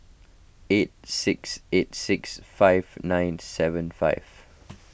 eight six eight six five nine seven five